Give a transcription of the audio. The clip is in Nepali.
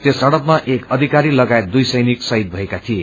त्यस झड़पमा एक अविकारी लगायत दुइ सैनिक श्रहिद भएका थिए